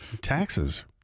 Taxes